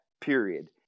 period